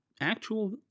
actual